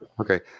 okay